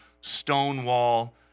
Stonewall